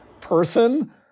person